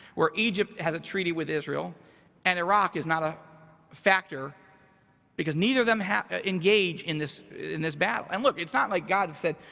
where egypt has a treaty with israel and iraq is not a factor because neither of them have engage in this in this battle? and look, it's not like god has said,